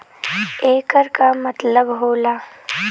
येकर का मतलब होला?